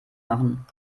machen